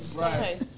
Right